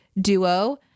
duo